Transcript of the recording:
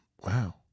wow